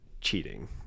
cheating